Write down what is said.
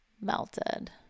melted